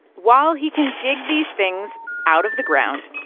while he can dig these things out of the ground,